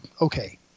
okay